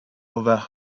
over